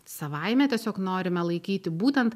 savaime tiesiog norime laikyti būtent